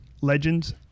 legends